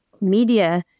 media